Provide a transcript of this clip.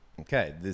okay